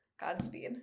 Godspeed